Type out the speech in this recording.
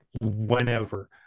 whenever